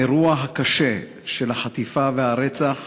האירוע הקשה של החטיפה והרצח